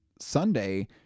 Sunday